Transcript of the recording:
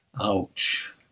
Ouch